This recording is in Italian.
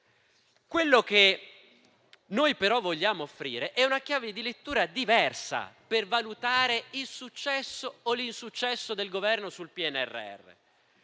Quella che vogliamo offrire è una chiave di lettura diversa per valutare il successo o l'insuccesso del Governo sul PNRR.